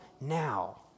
now